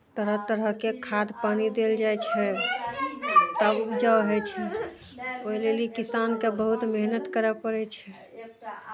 तरह तरहके खाद पानि देल जाइ छै तब उपजाउ होइ छै ओहि लेल ई किसानके बहुत मेहनत करय पड़ै छै